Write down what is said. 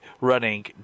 running